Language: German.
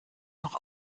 noch